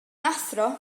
athro